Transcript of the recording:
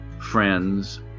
friends